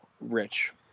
rich